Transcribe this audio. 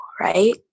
right